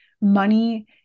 money